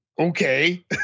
Okay